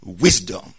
wisdom